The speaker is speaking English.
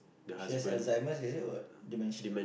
she has Alzheimer's is it or what dementia